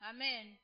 Amen